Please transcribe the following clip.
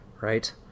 right